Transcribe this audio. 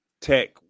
tech